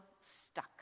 stuck